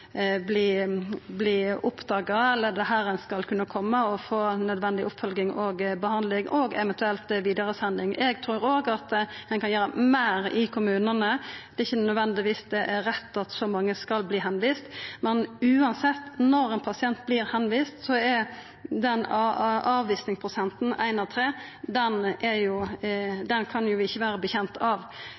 kunna koma og få nødvendig oppfølging og behandling og eventuelt verta send vidare. Eg trur òg at ein kan gjera meir i kommunane. Det er ikkje nødvendigvis rett at så mange vert tilviste. Men uansett: Når ein pasient vert tilvist, er delen som vert avvist, ein av tre, noko som vi ikkje kan